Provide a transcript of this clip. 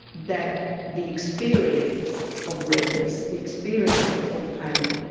that the experience of redness, the experience of pain,